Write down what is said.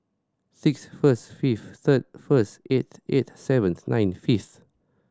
six first fifth third first eighth eight seventh nine fifth